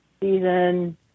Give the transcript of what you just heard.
season